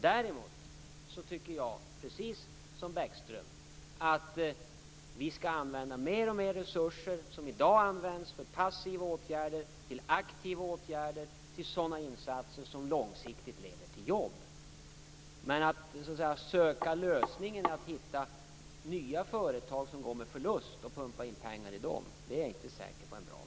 Däremot tycker jag, precis som Lars Bäckström, att vi skall använda alltmer av de resurser som i dag används till passiva åtgärder just till aktiva åtgärder, till sådana insatser som långsiktigt leder till jobb. Jag är dock inte säker på att det är en bra verksamhet att söka lösningen i att hitta nya företag som går med förlust och att pumpa in pengar i dem.